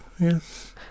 Yes